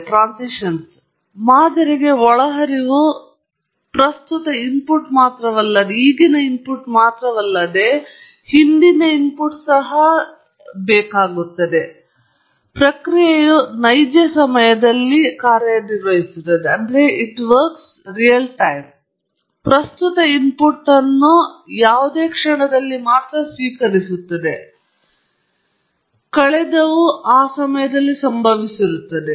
ಆದ್ದರಿಂದ ಮಾದರಿಗೆ ಒಳಹರಿವು ಪ್ರಸ್ತುತ ಇನ್ಪುಟ್ ಮಾತ್ರವಲ್ಲದೆ ಹಿಂದಿನದು ಸಹಾ ಆದರೆ ಪ್ರಕ್ರಿಯೆಯು ನೈಜ ಸಮಯದಲ್ಲಿ ಕಾರ್ಯ ನಿರ್ವಹಿಸುತ್ತಿದೆ ಮತ್ತು ಅದು ಪ್ರಸ್ತುತ ಇನ್ಪುಟ್ ಅನ್ನು ಯಾವುದೇ ಕ್ಷಣದಲ್ಲಿ ಮಾತ್ರ ಸ್ವೀಕರಿಸುತ್ತದೆ ಕಳೆದವು ಆ ಸಮಯದಲ್ಲಿ ಸಂಭವಿಸಿದೆ